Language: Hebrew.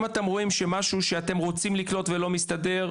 אם אתם רואים שיש משהו שאתם רוצים לקלוט ולא מסתדר,